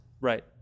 right